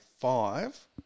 five